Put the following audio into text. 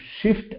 shift